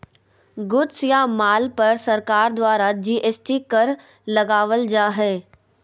goods या माल पर सरकार द्वारा जी.एस.टी कर लगावल जा हय